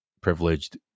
privileged